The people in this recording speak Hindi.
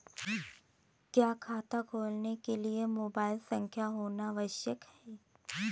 क्या खाता खोलने के लिए मोबाइल संख्या होना आवश्यक है?